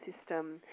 system